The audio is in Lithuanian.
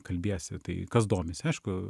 kalbiesi tai kas domisi aišku